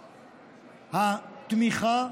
התמיכה,